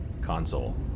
console